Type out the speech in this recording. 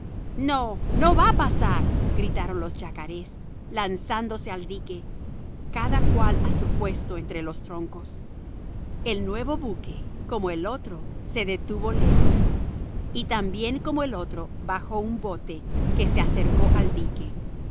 no no va a pasar gritaron los yacarés lanzándose al dique cada cual a su puesto entre los troncos el nuevo buque como el otro se detuvo lejos y también como el otro bajó un bote que se acercó al dique